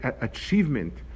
achievement